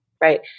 right